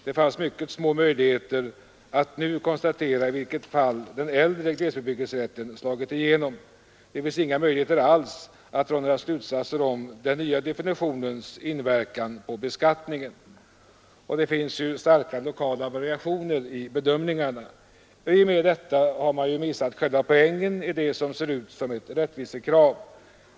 Det finns mycket små möjligheter att nu konstatera i vilka fall den äldre glesbebyggelserätten slagit igenom. Det finns inga möjligheter alls att dra några slutsatser om den nya definitionens inverkan på beskattningen. Och det finns starka lokala variationer i bedömningarna. I och med detta har man missat själva poängen i det som ser ut som ett rättvisekrav.